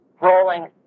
rolling